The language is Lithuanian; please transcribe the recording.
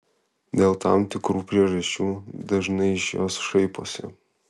dėl tam tikrų priežasčių dažnai iš jos šaiposi